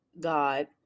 God